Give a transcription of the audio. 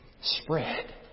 spread